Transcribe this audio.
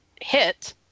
hit